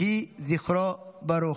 יהי זכרו ברוך.